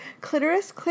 clitoris